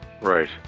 Right